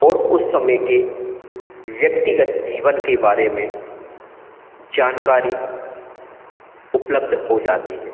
और उस समय के व्यक्तिगत जीवन के बारे में जानकारी उपलब्ध हो जाती है